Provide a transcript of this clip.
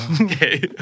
Okay